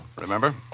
Remember